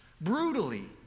brutally